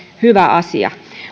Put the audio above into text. hyvä asia